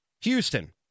Houston